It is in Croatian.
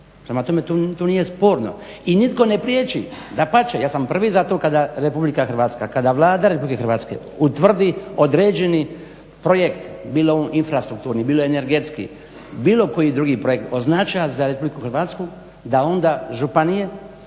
Prema tome to nije sporno i nitko ne priječi, dapače ja sam prvi za to kada RH, kada Vlada RH utvrdi određeni projekt bilo infrastrukturni, bilo energetski, bilo koji drugi projekt od značaja za RH da onda županije